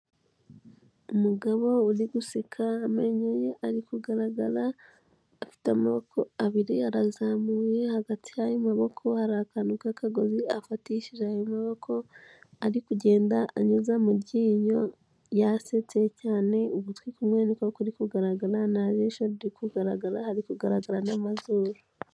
Umugabo uri guseka amenyo ye ari kugaragara, afite amaboko abiri arazamuye, hagati y'ayo maboko hari akantu k'akagozi afatishije ayo maboko, ari kugenda anyuza mu ryinyo, yasetse cyane ugutwi kumwe niko kuri kugaragara nta jisho riri kugaragara, hari kugaragara n'amazuru.